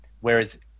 Whereas